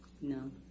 No